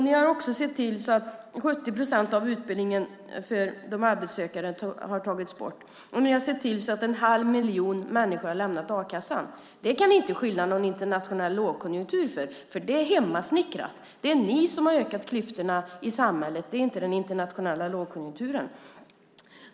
Ni har också sett till så att 70 procent av utbildningen för de arbetssökande har tagits bort, och ni har sett till att en halv miljon människor har lämnat a-kassan. Det kan ni inte skylla någon internationell lågkonjunktur för, för det är hemmasnickrat. Det är ni som har ökat klyftorna i samhället, inte den internationella lågkonjunkturen.